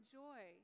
joy